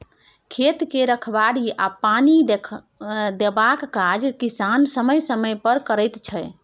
खेत के रखबाड़ी आ पानि देबाक काज किसान समय समय पर करैत छै